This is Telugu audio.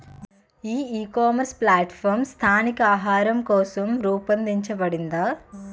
ఈ ఇకామర్స్ ప్లాట్ఫారమ్ స్థానిక ఆహారం కోసం రూపొందించబడిందా?